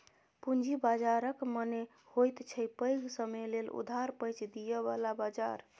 पूंजी बाजारक मने होइत छै पैघ समय लेल उधार पैंच दिअ बला बजार